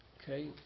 okay